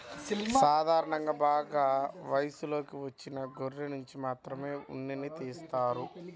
సాధారణంగా బాగా వయసులోకి వచ్చిన గొర్రెనుంచి మాత్రమే ఉన్నిని తీస్తారు